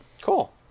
Cool